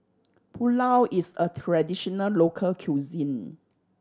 pulao is a traditional local cuisine